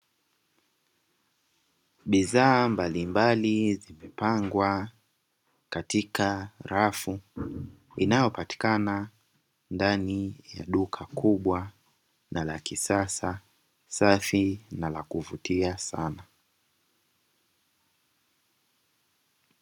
Bidhaa mbalimbali zimepangwa katika rafu inayopatikana ndani ya duka kubwa na la kisasa, safi na la kuvutia sana.